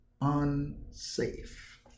unsafe